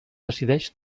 decideix